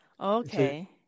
Okay